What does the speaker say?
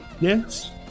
Yes